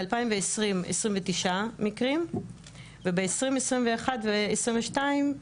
ב-2020 29 מקרים וב-2021 ו-22 ,